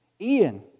Ian